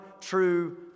true